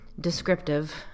descriptive